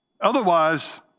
Otherwise